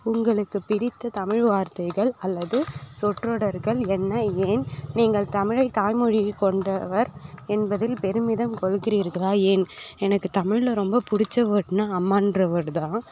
உங்களுக்கு பிடித்த தமிழ் வார்த்தைகள் அல்லது சொற்றொடர்கள் என்ன ஏன் நீங்கள் தமிழை தாய் மொழி கொண்டவர் என்பதில் பெருமிதம் கொள்கிறீர்களா ஏன் எனக்கு தமிழில் ரொம்ப பிடிச்ச வேர்ட்னால் அம்மாகிற வேர்ட் தான்